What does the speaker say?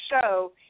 show